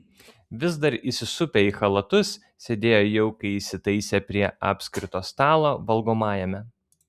vis dar įsisupę į chalatus sėdėjo jaukiai įsitaisę prie apskrito stalo valgomajame